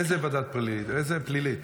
איזה פלילית?